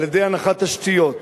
על-ידי הנחת תשתיות,